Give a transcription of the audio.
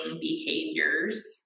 behaviors